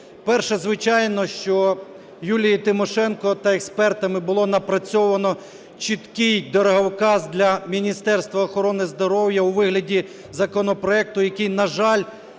Перше. Звичайно, що Юлією Тимошенко та експертами було напрацьовано чіткий дороговказ для Міністерства охорони здоров'я у вигляді законопроекту, який, на жаль,